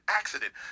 accident